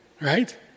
Right